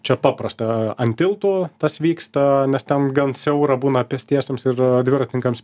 čia paprasta ant tilto tas vyksta nes ten gan siaura būna pėstiesiems ir dviratininkams